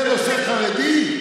זה נושא חרדי?